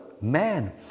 man